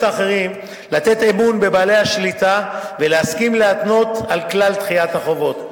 האחרים לתת אמון בבעלי השליטה ולהסכים להתנות על כלל דחיית החובות.